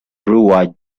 brewer